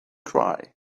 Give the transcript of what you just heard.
cry